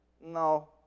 No